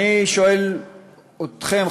אני שואל אתכם,